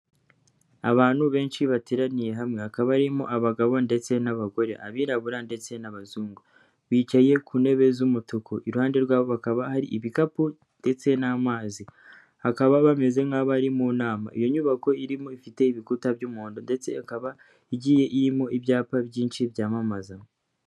Abantu benshi bateraniye hamwe hakaba barimo abagabo ndetse n'abagore abirabura ndetse n'abazungu bicaye ku ntebe z'umutuku, iruhande rwabo hakaba hari ibikapu ndetse n'amazi, hakaba bameze nk'abari mu nama, iyo nyubako irimo ifite ibikuta by'umuhondo ndetse ikaba igiye irimo ibyapa byinshi byamamaza.